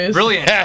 Brilliant